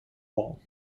wall